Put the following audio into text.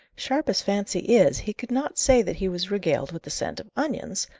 sharp as fancy is, he could not say that he was regaled with the scent of onions,